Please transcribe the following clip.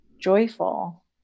joyful